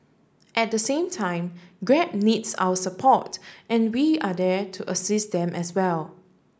at the same time Grab needs our support and we are there to assist them as well